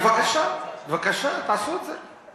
בבקשה, בבקשה, תעשו את זה.